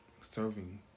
serving